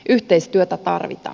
yhteistyötä tarvitaan